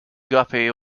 guppy